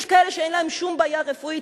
יש כאלה שאין להם שום בעיה רפואית,